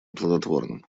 плодотворным